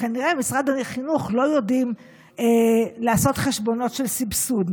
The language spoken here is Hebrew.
כנראה במשרד החינוך לא יודעים לעשות חשבונות של סבסוד,